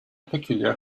peculiar